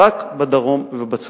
רק בדרום ובצפון.